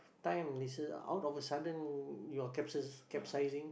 time out of a sudden your capsis~ capsizing